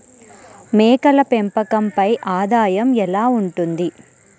మేకల పెంపకంపై ఆదాయం ఎలా ఉంటుంది?